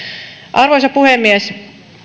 arvoisa puhemies